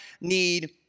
Need